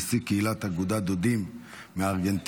נשיא קהילת אגודת דודים מארגנטינה,